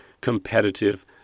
competitive